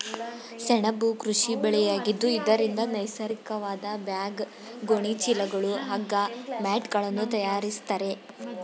ಸೆಣಬು ಕೃಷಿ ಬೆಳೆಯಾಗಿದ್ದು ಇದರಿಂದ ನೈಸರ್ಗಿಕವಾದ ಬ್ಯಾಗ್, ಗೋಣಿ ಚೀಲಗಳು, ಹಗ್ಗ, ಮ್ಯಾಟ್ಗಳನ್ನು ತರಯಾರಿಸ್ತರೆ